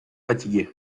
fatigué